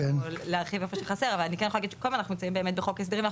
אני יכולה להגיד קודם כל אנחנו נמצאים באמת בחוק ההסדרים,